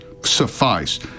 Suffice